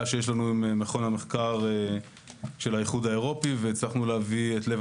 שיש לנו עם מכון המחקר של האיחוד האירופי והצלחנו להביא את לב